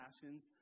passions